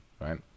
right